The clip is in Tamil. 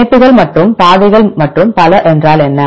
இணைப்புகள் மற்றும் பாதைகள் மற்றும் பல என்றால் என்ன